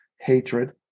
hatred